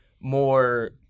more